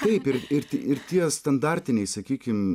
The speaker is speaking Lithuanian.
taip ir ir ti ir tie standartiniai sakykim